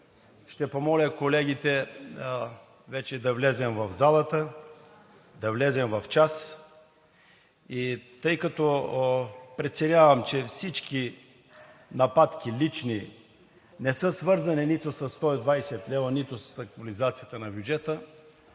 Ще помоля колегите вече да влезем в залата, да влезем в час и тъй като преценявам, че всички лични нападки не са свързани нито със 120 лв., нито с актуализацията на бюджета,